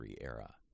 era